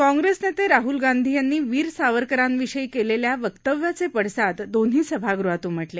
काँग्रेस नेते राहल गांधी यांनी वीर सावरकरांविषयी केलेल्या वक्तव्याचे पडसाद दोन्ही सभागहांमधे उमटले